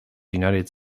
united